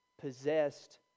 possessed